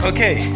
Okay